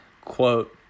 quote